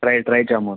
dry dry jamun